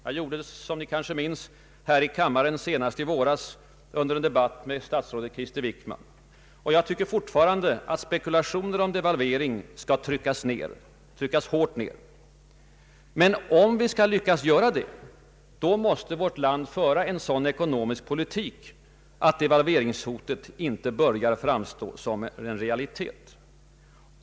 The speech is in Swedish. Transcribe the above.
Jag gjorde det, som ni kanske minns, här i kammaren senast i våras under en debatt med statsrådet Krister Wickman. Jag tycker fortfarande att spekulationer om devalvering skall tryckas hårt ned. Men om vi skall lyckas göra det, måste vårt land föra en sådan ekonomisk politik att devalveringshotet inte börjar framstå som en realitet.